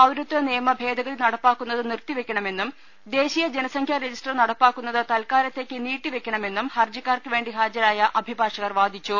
പൌരത്വ നിയമ ഭേദഗതി നടപ്പാക്കുന്നത് നിർത്തിവെക്കണമെന്നും ദേശീയ ജനസംഖ്യാ രജിസ്റ്റർ നടപ്പാക്കുന്നത് തൽക്കാലത്തേക്ക് നീട്ടിവെക്കണമെന്നും ഹർജിക്കാർക്ക് വേണ്ടി ഹാജരായ അഭിഭാഷകർ വാദിച്ചു